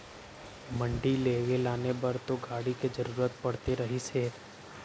मंडी लेगे लाने बर तो गाड़ी के जरुरत पड़ते रहिस हे